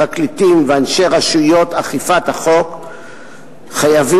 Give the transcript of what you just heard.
פרקליטים ואנשי רשויות אכיפת החוק חייבים